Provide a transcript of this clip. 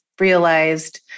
realized